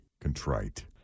contrite